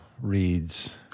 reads